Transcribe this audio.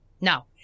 Now